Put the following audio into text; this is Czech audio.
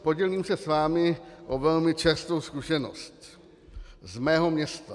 Podělím se s vámi o velmi čerstvou zkušenost z mého města.